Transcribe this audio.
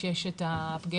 כשיש את הפגיעה,